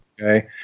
Okay